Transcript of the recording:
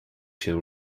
się